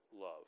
love